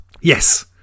Yes